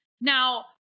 Now